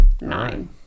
nine